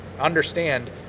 understand